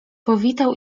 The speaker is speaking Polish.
powitał